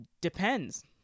depends